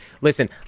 listen